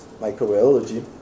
microbiology